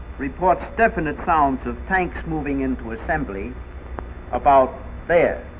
reports definite sounds of tanks moving into assembly about there.